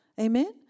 Amen